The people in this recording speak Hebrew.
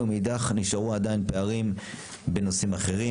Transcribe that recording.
מאידך, נשארו עדיין פערים בנושאים אחרים.